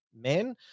men